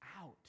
out